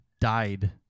died